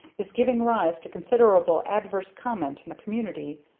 is giving rise to considerable adverse comment in the community.